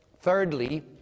thirdly